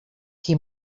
qui